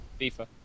FIFA